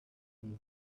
they